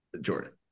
Jordan